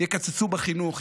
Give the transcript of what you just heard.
יקצצו בחינוך,